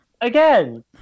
Again